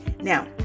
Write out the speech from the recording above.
Now